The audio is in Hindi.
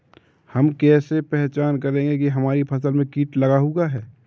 हम कैसे पहचान करेंगे की हमारी फसल में कीट लगा हुआ है?